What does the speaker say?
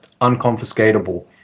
unconfiscatable